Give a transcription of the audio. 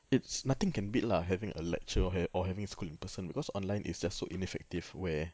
it's nothing can beat lah having a lecture or hav~ having school in person because online is just so ineffective where